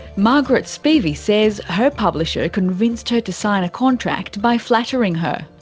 margaret spivey says her publisher convinced her to sign a contract by flattering her.